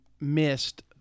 missed